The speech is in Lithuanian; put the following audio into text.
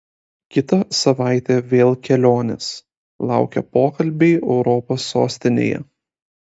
kitą savaitę vėl kelionės laukia pokalbiai europos sostinėse